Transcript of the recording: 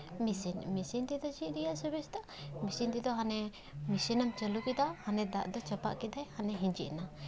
machine machine ᱛᱮᱫᱚ ᱪᱮᱫ ᱨᱮᱭᱟᱜ ᱥᱩᱵᱤᱥᱛᱟ ᱢᱮᱥᱤᱱ ᱛᱮᱫᱚ ᱦᱟᱱᱮ ᱢᱮᱥᱤᱱᱮᱢ ᱪᱟᱹᱞᱩ ᱠᱮᱫᱟ ᱦᱟᱱᱮ ᱫᱟᱜ ᱫᱚ ᱪᱟᱵᱟ ᱠᱮᱫᱟᱭ ᱦᱟᱱᱮ ᱦᱤᱸᱡᱤᱛ ᱱᱟ